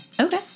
Okay